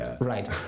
right